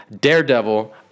Daredevil